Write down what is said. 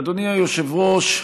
אדוני היושב-ראש,